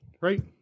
Right